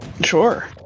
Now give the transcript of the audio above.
Sure